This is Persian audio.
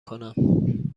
کنم